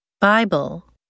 Bible